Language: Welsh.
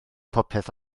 popeth